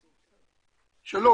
ג.